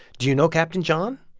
do you know captain john?